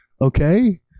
Okay